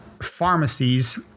pharmacies